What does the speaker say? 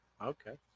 Okay